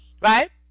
right